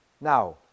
Now